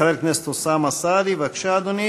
חבר הכנסת אוסאמה סעדי, בבקשה, אדוני.